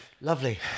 Lovely